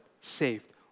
saved